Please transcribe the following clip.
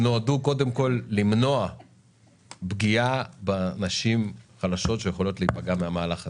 שנועדו קודם כל למנוע פגיעה בנשים החלשות שיכולות להיפגע מהמהלך הזה.